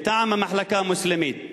מטעם המחלקה המוסלמית,